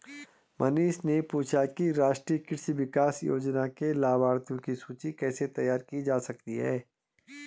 मनीष ने पूछा कि राष्ट्रीय कृषि विकास योजना के लाभाथियों की सूची कैसे तैयार की जा सकती है